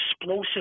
explosive